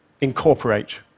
Incorporate